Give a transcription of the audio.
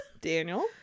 daniel